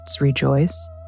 rejoice